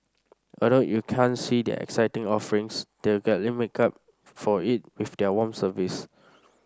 although you can't see their exciting offerings they gladly make up for it with their warm service